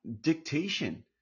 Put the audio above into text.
dictation